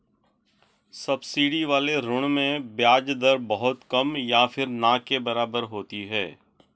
subsidy वाले ऋण में ब्याज दर बहुत कम या फिर ना के बराबर होती है